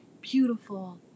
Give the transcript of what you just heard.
Beautiful